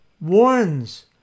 warns